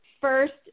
first